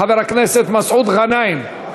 חבר הכנסת מסעוד גנאים.